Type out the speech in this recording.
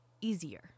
easier